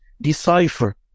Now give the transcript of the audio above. decipher